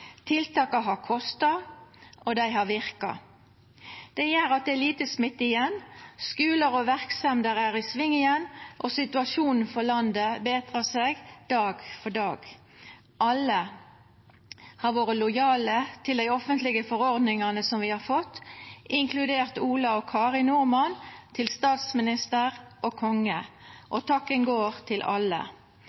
Tiltaka har kosta, og dei har verka. Det gjer at det er lite smitte igjen, skular og verksemder er i sving igjen, og situasjonen for landet betrar seg dag for dag. Alle har vore lojale mot dei offentlege forordningane vi har fått, inkludert Ola og Kari Nordmann, statsminister og konge. Og takka går til alle.